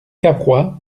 cavrois